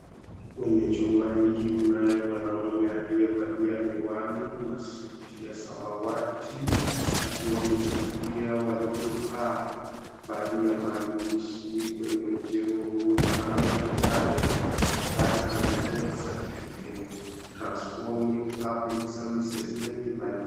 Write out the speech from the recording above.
Kwenye chumba hiki kunayo mwanaume aliyevalia miwani na suti ya samawati akiwahutubia waliokaa. Baadhi ya mahandishi kwenye mjengo huu ni kama yafuatayo, "Birth and Death Certificate Transforming Public Service Delivery."